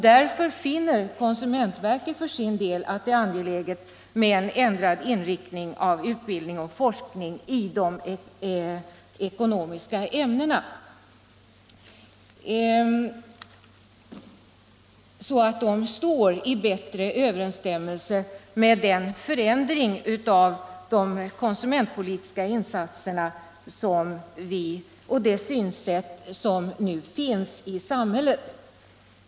Därför finner konsumentverket för sin del att det är angeläget med en ändrad inriktning av utbildning och forskning i de ekonomiska ämnena så att de står i bättre överensstämmelse med den förändring av de konsumentpolitiska insatserna och det synsätt som nu finns i samhället.